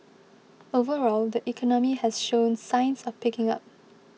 overall the economy has shown signs of picking up